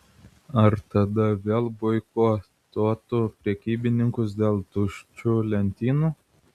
ar tada vėl boikotuotų prekybininkus dėl tuščių lentynų